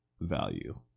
value